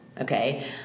okay